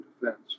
defense